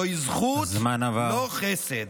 זוהי זכות, לא חסד.